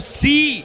see